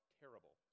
terrible